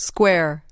Square